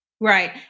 Right